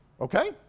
Okay